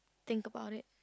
think about it